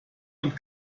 und